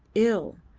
ill,